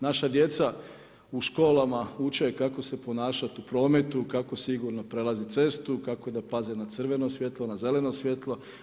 Naša djeca u školama uče kako se ponašati u prometu, kako sigurno prelazit cestu, kako da paze na crveno svjetlo, na zeleno svjetlo.